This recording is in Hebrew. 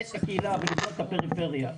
לשרת את הקהילה ולבנות את הפריפריה.